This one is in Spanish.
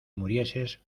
murieses